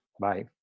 Bye